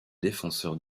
défenseurs